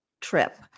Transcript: trip